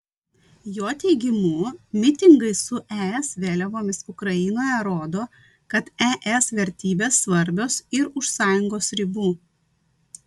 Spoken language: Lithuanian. jo teigimu mitingai su es vėliavomis ukrainoje rodo kad es vertybės svarbios ir už sąjungos ribų